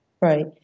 right